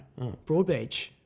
Broadbeach